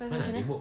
pasang sana